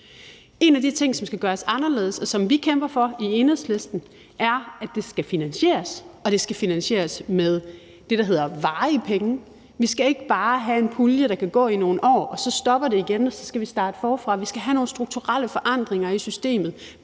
En af de ting, som skal gøres anderledes, og som vi kæmper for i Enhedslisten, er, at det skal finansieres, og at det skal finansieres med det, der hedder varige penge. Vi skal ikke bare have en pulje, der kan gå i nogle år, hvorefter det stopper igen, og så skal vi starte forfra. Vi skal have nogle strukturelle forandringer i systemet,